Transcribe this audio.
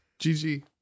gg